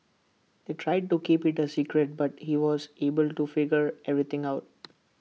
they tried to keep IT A secret but he was able to figure everything out